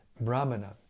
Brahmana